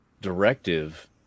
Directive